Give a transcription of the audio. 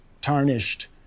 tarnished